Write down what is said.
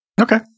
Okay